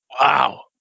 Wow